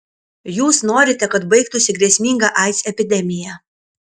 jūs norite kad baigtųsi grėsminga aids epidemija